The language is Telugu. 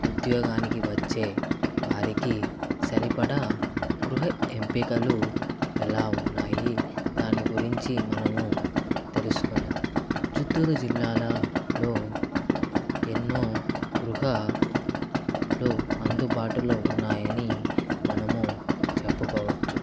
ఉద్యోగానికి వచ్చే వారికి సరిపడా గృహ ఎంపికలు ఎలా ఉన్నాయి దాని గురించి మనము తెలుసుకుందాం చిత్తూరు జిల్లాల లో ఎన్నో గృహ లో అందుబాటులో ఉన్నాయని మనము చెప్పుకోవచ్చు